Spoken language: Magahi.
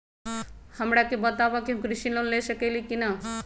हमरा के बताव कि हम कृषि लोन ले सकेली की न?